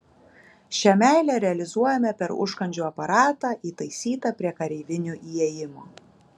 šią meilę realizuojame per užkandžių aparatą įtaisytą prie kareivinių įėjimo